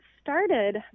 started